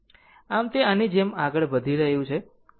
આમ તે આની જેમ આગળ વધી રહ્યું છે